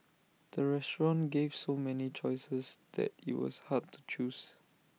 the restaurant gave so many choices that IT was hard to choose